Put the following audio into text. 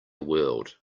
world